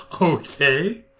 Okay